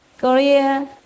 Korea